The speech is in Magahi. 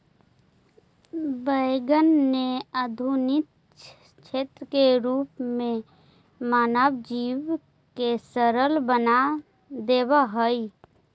वैगन ने आधुनिक यन्त्र के रूप में मानव जीवन के सरल बना देवऽ हई